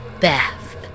Beth